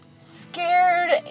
scared